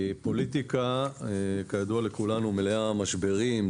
פוליטיקה כידוע לכולנו מלאה משברים,